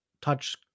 touch